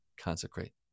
consecrate